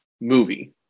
movie